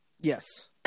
Yes